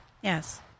Yes